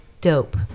dope